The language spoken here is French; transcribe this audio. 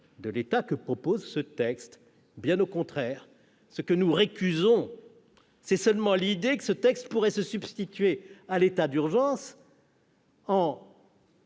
de l'État proposé dans ce texte, bien au contraire. Ce que nous récusons, c'est seulement l'idée que celui-ci pourrait se substituer à l'état d'urgence